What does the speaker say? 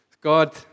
God